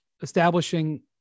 establishing